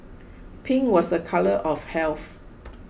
pink was a colour of health